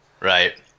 Right